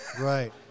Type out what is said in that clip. Right